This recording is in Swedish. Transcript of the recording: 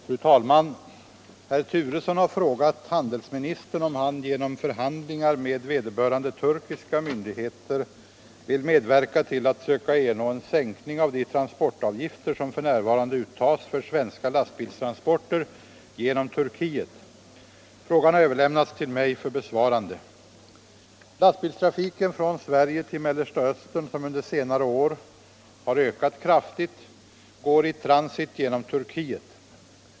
Fru talman! Herr Turesson har frågat handelsministern om han genom förhandlingar med vederbörande turkiska myndigheter vill medverka till att söka ernå en sänkning av de transportavgifter som för närvarande uttages för svenska lastbilstransporter genom Turkiet. Frågan har överlämnats till mig för besvarande. Lastbilstrafiken från Sverige till Mellersta Östern, som under senare år har ökat kraftigt, går i transit genom Turkiet.